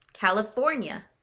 California